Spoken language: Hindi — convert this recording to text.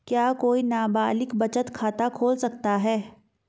क्या कोई नाबालिग बचत खाता खोल सकता है?